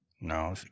No